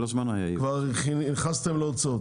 כבר נכנסתם להוצאות,